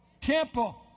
temple